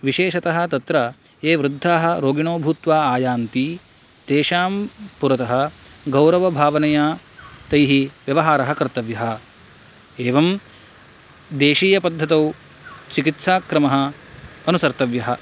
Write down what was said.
विशेषतः तत्र ये वृद्धाः रोगिणो भूत्वा आयान्ति तेषां पुरतः गौरवभावनया तैः व्यवहारः कर्तव्यः एवं देशीयपद्धतौ चिकित्साक्रमः अनुसर्तव्यः